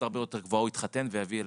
הרבה יותר גבוהה שהוא יתחתן ויביא ילדים.